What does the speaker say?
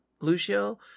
Lucio